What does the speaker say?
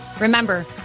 Remember